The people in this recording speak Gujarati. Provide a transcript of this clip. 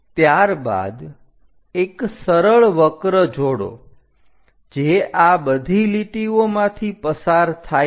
ત્યારબાદ એક સરળ વક્ર જોડો જે આ બધી લીટીઓમાંથી પસાર થાય છે